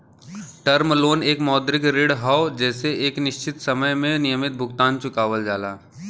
term loan एक मौद्रिक ऋण हौ जेसे एक निश्चित समय में नियमित भुगतान चुकावल जाला